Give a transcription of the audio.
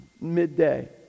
midday